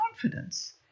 confidence